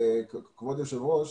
כבוד היושב ראש,